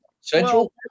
Central